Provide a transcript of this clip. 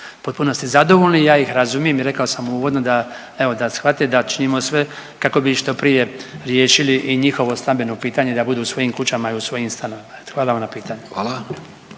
potpunosti zadovoljni. Ja ih razumijem i rekao sam uvodno da evo da shvate da činimo sve kako bi što prije riješili i njihovo stambeno pitanje da budu u svojim kućama i u svojim stanovima. Hvala vam na pitanju.